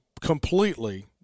completely